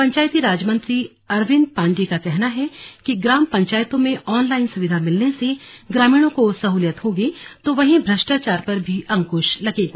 पंचायती राज मंत्री अरविंद पांडेय का कहना है कि ग्राम पंचायतों में ऑनलाइन सुविधा मिलने से ग्रामीणों को सहलियत होगी तो वहीं भ्रष्टाचार पर भी अंकृश लगेगा